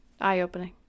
eye-opening